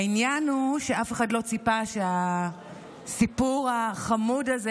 העניין הוא שאף אחד לא ציפה שהסיפור החמוד הזה